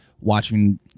watching